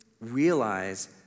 realize